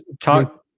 Talk